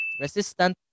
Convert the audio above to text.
resistant